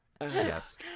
Yes